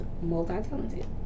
multi-talented